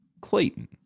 Clayton